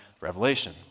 Revelation